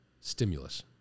stimulus